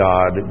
God